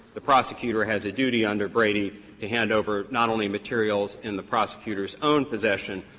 the prosecutor has a duty under brady to hand over not only materials in the prosecutor's own possession,